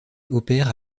opère